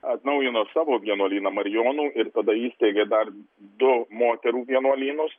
atnaujino savo vienuolyną marijonų ir tada įsteigė dar du moterų vienuolynus